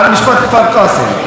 על משפט כפר קאסם.